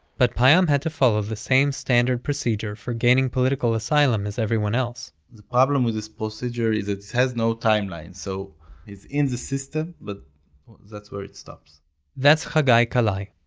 but payam had to follow the same standard procedure for gaining political asylum as everyone else the problem with this procedure is it has no timeline. so he's in the system. but that's where it stops that's hagai kalai,